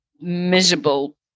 miserable